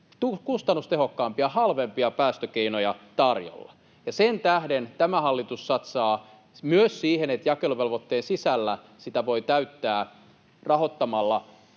kustannustehokkaampia, halvempia päästökeinoja tarjolla. Sen tähden tämä hallitus satsaa myös siihen, että jakeluvelvoitetta voi sen sisällä täyttää rahoittamalla